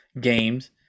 games